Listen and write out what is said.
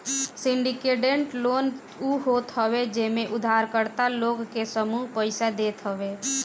syndicated loan उ होत हवे जेमे उधारकर्ता लोग के समूह पईसा देत हवे